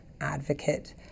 advocate